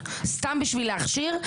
סתם בשביל להכשיר,